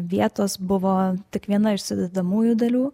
vietos buvo tik viena iš sudedamųjų dalių